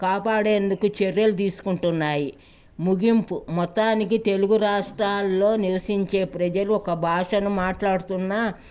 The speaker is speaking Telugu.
కాపాడేందుకు చర్యలు తీసుకుంటున్నాయి ముగింపు మొత్తానికి తెలుగు రాష్ట్రాల్లో నివసించే ప్రజలు ఒక భాషను మాట్లాడుతున్నా